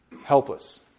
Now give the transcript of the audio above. helpless